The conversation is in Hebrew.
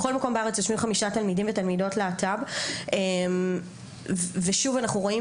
בכל מקום בארץ יושבים חמישה תלמידים ותלמידות להט"ב ושוב אנחנו רואים